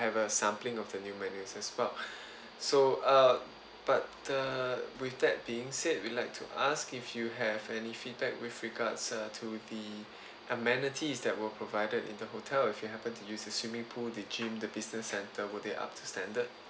have a sampling of the new menus as well so uh but the with that being said we like to ask if you have any feedback with regards uh to the amenities that were provided in the hotel if you happen to use a swimming pool the gym the business centre were they up to standard